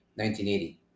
1980